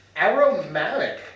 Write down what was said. Aromatic